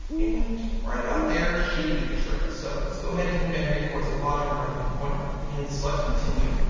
and right about there should do the trick. so, let's go ahead and come down here towards the bottom right hand corner, and select continue.